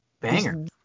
Banger